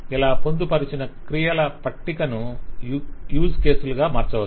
ఇలా పొందుపరచిన క్రియాల పట్టికను యూసర్ కేసులుగా మార్చవచ్చు